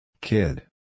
Kid